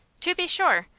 to be sure!